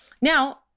Now